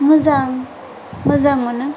मोजां मोजां मोनो